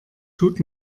tut